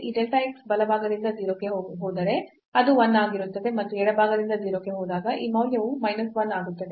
ಈ delta x ಬಲಭಾಗದಿಂದ 0 ಗೆ ಹೋದರೆ ಅದು 1 ಆಗಿರುತ್ತದೆ ಮತ್ತು ಎಡಭಾಗದಿಂದ 0 ಕ್ಕೆ ಹೋದಾಗ ಈ ಮೌಲ್ಯವು ಮೈನಸ್ 1 ಆಗುತ್ತದೆ